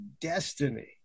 destiny